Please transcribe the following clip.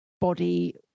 body